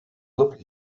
looked